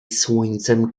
słońcem